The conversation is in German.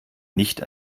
nicht